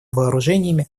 вооружениями